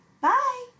Bye